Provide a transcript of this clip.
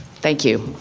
thank you.